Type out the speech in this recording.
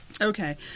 okay